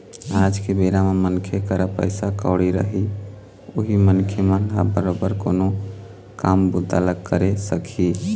आज के बेरा म मनखे करा पइसा कउड़ी रही उहीं मनखे मन ह बरोबर कोनो काम बूता ल करे सकही